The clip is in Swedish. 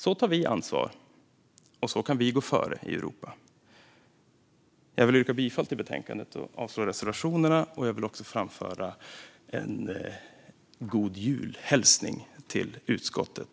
Så tar vi ansvar, och så kan vi gå före i Europa. Jag vill yrka bifall till förslaget i betänkandet och avslag på reservationerna. Jag vill också framföra en godjulhälsning till utskottet.